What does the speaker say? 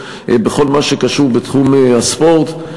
בכל מה שקשור בתחום הספורט: